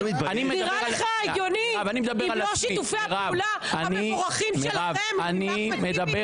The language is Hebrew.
זה נראה לך הגיוני אם לא שיתופי הפעולה המבורכים שלכם עם אחמד טיבי?